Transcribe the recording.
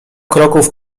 kroków